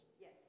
Yes